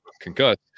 concussed